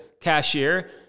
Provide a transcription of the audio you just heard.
cashier